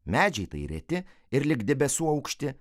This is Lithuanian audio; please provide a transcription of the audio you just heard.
medžiai tai reti ir lig debesų aukšti